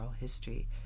history